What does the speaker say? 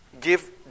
give